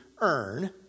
earn